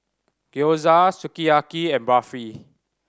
Gyoza Sukiyaki and Barfi